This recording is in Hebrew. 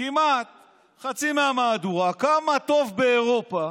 כמעט חצי מהמהדורה כמה טוב באירופה